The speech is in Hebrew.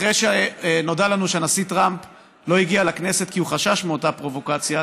אחרי שנודע לנו שהנשיא טראמפ לא הגיע לכנסת כי הוא חשש מאותה פרובוקציה,